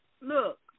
Look